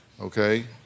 okay